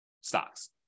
stocks